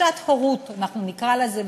שעת הורות אנחנו נקרא לזה,